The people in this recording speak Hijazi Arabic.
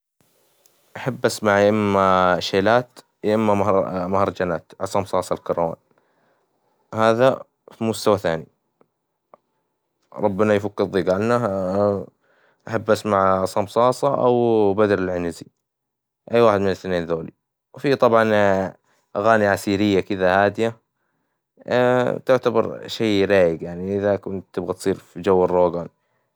أحب أسمع يا إما شيلات يا إما مهرجانات عصام صاصا الكروان، هذا في مستوى ثاني ربنا يفك الظيق عنه أحب أسمع عصام صاصة أو بدر العنيسي، أي واحد من الاثنين ذولي، وفي طبعًا أغاني أسيرية كدة هادية تعتبر شي رايق يعني إذا كنت تبغى تصير في جو الروجان.